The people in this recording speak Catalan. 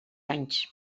anys